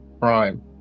crime